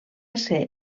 ser